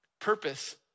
purpose